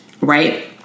Right